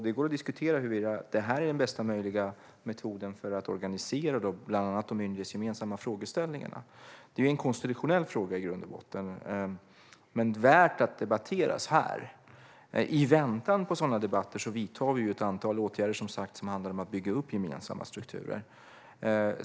Det går att diskutera huruvida det här är den bästa möjliga metoden för att organisera bland annat de myndighetsgemensamma frågeställningarna. Det är i grund och botten en konstitutionell fråga, men den är värd att debattera här. I väntan på sådana debatter vidtar vi som sagt ett antal åtgärder som handlar om att bygga upp gemensamma strukturer.